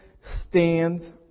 stands